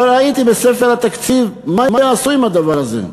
לא ראיתי בספר התקציב מה יעשו עם הדבר הזה.